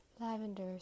lavender